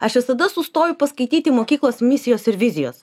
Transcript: aš visada sustoju paskaityti mokyklos misijos ir vizijos